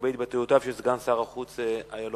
לגבי התבטאויותיו של סגן שר החוץ אילון.